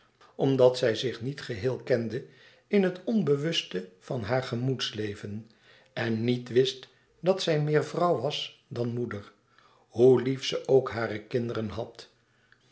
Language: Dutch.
omdat zij zich niet geheel kende in het onbewuste van haar gemoedsleven en niet wist dat zij meer vrouw was dan moeder hoe lief ze ook hare kinderen had